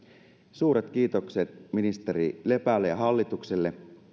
suuret kiitokset ministeri lepälle ja hallitukselle